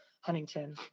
Huntington